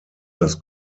das